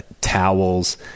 towels